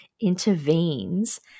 intervenes